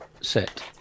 Set